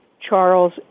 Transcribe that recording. Charles